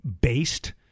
based